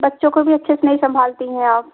बच्चों को भी अच्छे से नहीं संभालती हैं आप